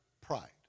pride